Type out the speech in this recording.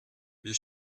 wir